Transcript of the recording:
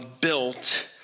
built